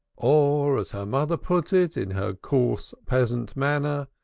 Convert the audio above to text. or, as her mother put it in her coarse, peasant manner.